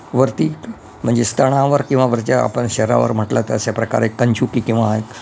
वरती म्हणजे स्तनावर किंवा वरच्या आपण शरीरावर म्हटलं तर अशाप्रकारे कंचुकी किंवा